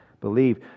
believe